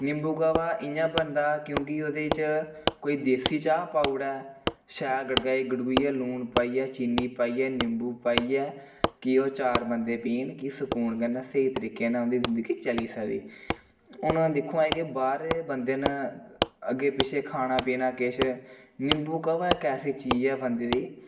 नींबू काह्वा इ'यां बनदा क्योंकि ओह्दे च कोई देसी चाह् पाऊ उड़ै शैल गड़काई गुड़कुइयै लून पाइयै चीनी पाइयै नींबू पाइयै कि ओह् चार बंदे पीन कि सुकून कन्नै स्हेई तरीके कन्नै उंदी ज़िंदगी चली सकदी हून दिक्खो हां कि बाह्रे बंदे न अग्गें पिच्छें खाना पीना किश नींबू काह्वा इक ऐसी चीज़ ऐ बंदे दी